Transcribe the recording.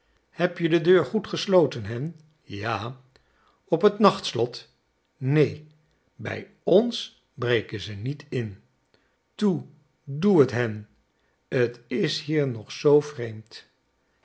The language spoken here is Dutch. heb je de deur goed gesloten hen a op het nachtslot nee bij o n s breken ze niet in toe doe het hen t is hier nog zoo vreemd